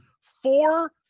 four